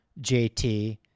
JT